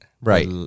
right